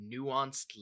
nuanced